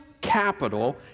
capital